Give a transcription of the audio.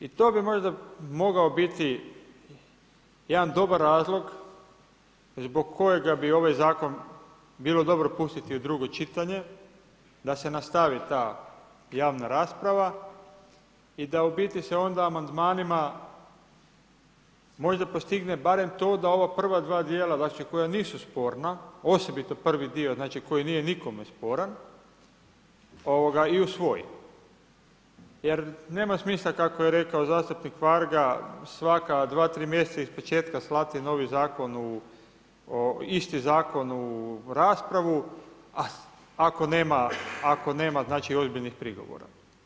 I to bi možda mogao biti jedan dobar razlog zbog kojega bi ovaj zakon bilo dobro pustiti u drugo čitanje da se nastavi ta javna rasprava i da u biti se onda amandmanima možda postigne barem to da ova prva dva dijela koja nisu sporna, osobito prvi dio koji nije nikome sporan i usvoji jer nema smisla kako je rekao zastupnik Varga svaka dva, tri mjeseca ispočetka slati novi zakon, isti zakon u raspravu ako nema ozbiljnih prigovora.